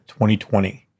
2020